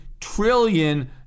trillion